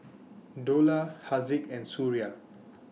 Dollah Haziq and Suria